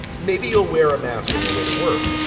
maybe you'll wear a mask on your way to work.